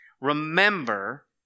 Remember